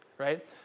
right